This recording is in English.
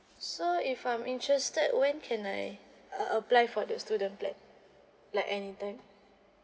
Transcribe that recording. so if I'm interested when can I a~ apply for the student plan like any time